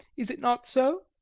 is it not so?